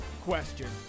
question